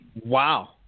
Wow